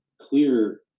clear